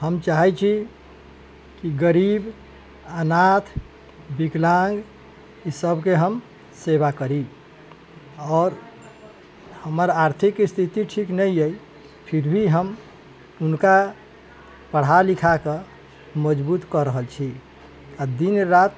हम चाहैत छी कि गरीब अनाथ विकलाङ्ग ई सबके हम सेवा करी आओर हमर आर्थिक स्थिति ठीक नहि अछि फिर भी हम हुनका पढ़ा लिखा कऽ मजबूत कऽ रहल छी आ दिन राति